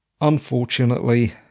unfortunately